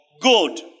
good